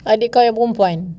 adik kau yang perempuan